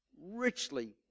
richly